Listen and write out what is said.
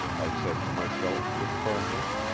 i said to myself with firmness,